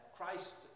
Christ